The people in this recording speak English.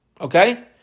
Okay